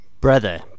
Brother